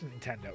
Nintendo